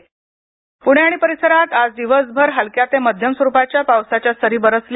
प्णे आणि परिसरात आज दिवसभर हलक्या ते माध्यम स्वरूपाच्या पावसाच्या सरी बरसल्या